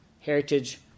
heritage